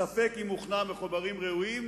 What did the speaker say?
ספק אם הוכנה מחומרים ראויים,